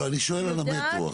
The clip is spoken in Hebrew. לא, אני שואל על המטרו עכשיו.